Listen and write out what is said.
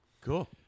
Cool